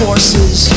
Forces